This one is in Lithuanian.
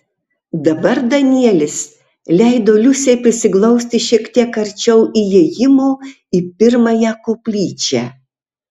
dabar danielis leido liusei prisiglausti šiek tiek arčiau įėjimo į pirmąją koplyčią